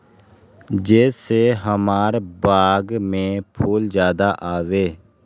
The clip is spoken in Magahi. जे से हमार बाग में फुल ज्यादा आवे?